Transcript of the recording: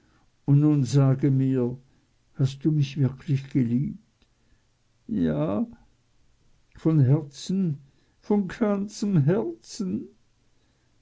und nun sage mir hast du mich wirklich geliebt ja von herzen von ganzem herzen